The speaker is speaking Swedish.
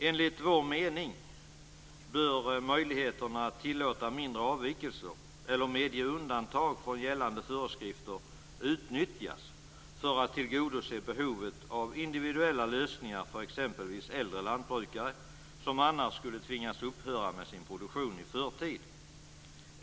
Enligt vår mening bör möjligheterna att tillåta mindre avvikelser eller medge undantag från gällande föreskrifter utnyttjas för att tillgodose behovet av individuella lösningar för exempelvis äldre lantbrukare, som annars skulle tvingas upphöra med sin produktion i förtid.